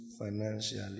financially